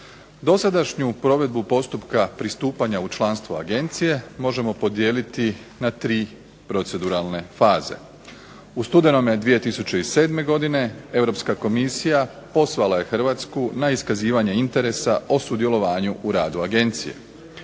Dosadašnju provedbu postupka pristupanja u članstvo Agencije možemo podijeliti na 3 proceduralne faze. U studenome 2007. godine Europska komisija pozvala je Hrvatsku na iskazivanje interesa o sudjelovanju u radu Agencije.